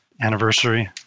anniversary